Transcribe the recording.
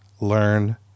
learn